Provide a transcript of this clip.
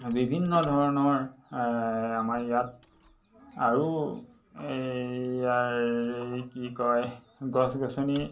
বিভিন্ন ধৰণৰ আমাৰ ইয়াত আৰু এই কি কয় গছ গছনিৰ